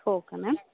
हो का मॅम